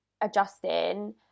adjusting